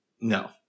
No